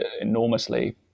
enormously